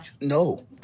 No